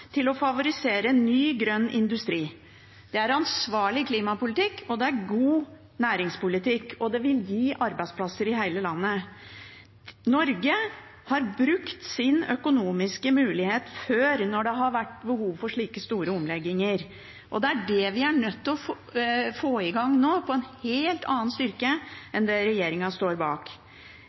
til å favorisere ny grønn industri. Det er ansvarlig klimapolitikk og god næringspolitikk, og vil gi arbeidsplasser i hele landet. Norge har brukt sin økonomiske mulighet før når det har vært behov for slike store omlegginger. Det er det vi er nødt til å få i gang nå, med en helt annen styrke enn den regjeringen står bak.